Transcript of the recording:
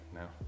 now